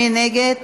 מי נגד?